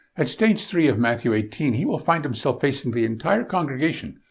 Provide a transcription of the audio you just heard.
at stage three of matthew eighteen, he will find himself facing the entire congregation,